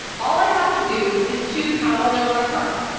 all i have to do is choose how long i want to park.